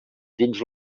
dins